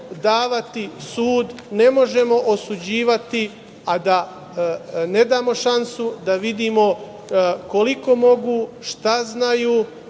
davati sud, ne možemo osuđivati, a da ne damo šansu, da vidimo koliko mogu, šta znaju